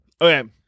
Okay